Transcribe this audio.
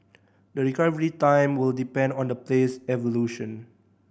the recovery time will depend on the player's evolution